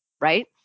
right